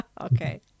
Okay